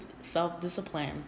self-discipline